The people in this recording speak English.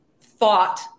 thought